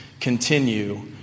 continue